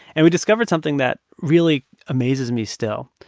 and we discovered something that really amazes me still,